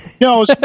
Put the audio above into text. No